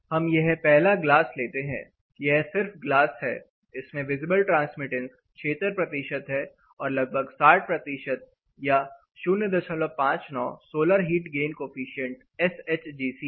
हम यह पहला ग्लास लेते हैं यह सिर्फ ग्लास है इसमें विजिबल ट्रांसमिटेंस 76 प्रतिशत है और लगभग 60 या 059 solar heat gain coefficient S H G C है